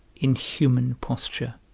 inhuman posture,